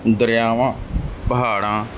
ਦਰਿਆਵਾਂ ਪਹਾੜਾਂ